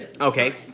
Okay